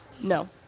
No